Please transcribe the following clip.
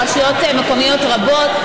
ברשויות מקומיות רבות,